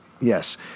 Yes